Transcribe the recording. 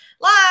live